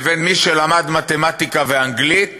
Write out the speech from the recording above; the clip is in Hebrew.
בין מי שלמד מתמטיקה ואנגלית